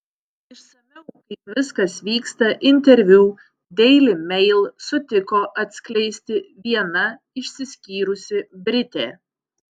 išsamiau kaip viskas vyksta interviu daily mail sutiko atskleisti viena išsiskyrusi britė